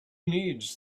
needs